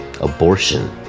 abortion